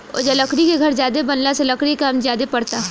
ओजा लकड़ी के घर ज्यादे बनला से लकड़ी के काम ज्यादे परता